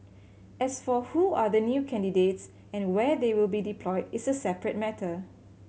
as for who are the new candidates and where they will be deployed is a separate matter